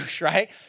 right